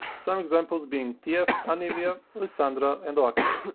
some examples being tf, anivia, lissandra, and lux.